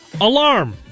Alarm